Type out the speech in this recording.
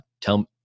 tell